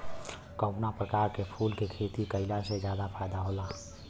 कवना प्रकार के फूल के खेती कइला से ज्यादा फायदा होला?